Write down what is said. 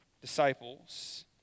disciples